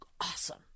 awesome